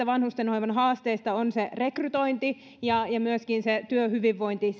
vanhustenhoivan haasteista on se rekrytointi ja ja myöskin se työhyvinvointi